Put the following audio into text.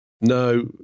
No